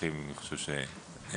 ואני חושב שהצרכים,